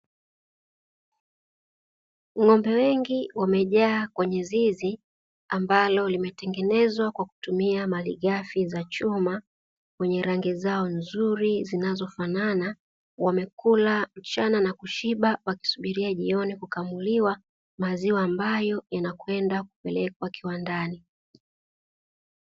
Ng'ombe wengi wamejaa kwenye zizi ambalo limetengenezwa kawa kutumia marighafi za chuma wenye rangi zao nzuri zinazofanana, wamekula mchana na kushiba wakisubiria jioni kukamuliwa maziwa ambayo yanakwenda kupelekwa kiwandani.